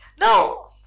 No